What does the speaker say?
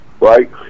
Right